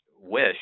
wish